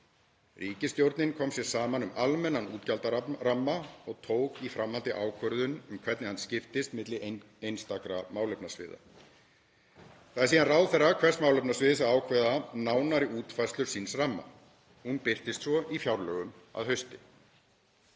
Ríkisstjórnin kom sér saman um almennan útgjaldaramma og tók í framhaldi ákvörðun um hvernig hann skiptist milli einstakra málefnasviða. Það er síðan ráðherra hvers málefnasviðs að ákveða nánari útfærslu síns ramma. Hún birtist svo í fjárlögum að hausti.